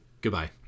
Goodbye